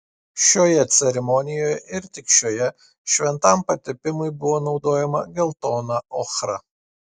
šioje ceremonijoje ir tik šioje šventam patepimui buvo naudojama geltona ochra